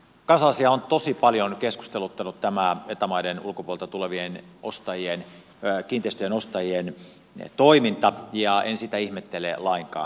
kansalaisia on tosi paljon keskusteluttanut tämä eta maiden ulkopuolelta tulevien kiinteistöjen ostajien toiminta ja en sitä ihmettele lainkaan